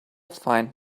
find